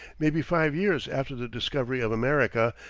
maybe five years after the discovery of america,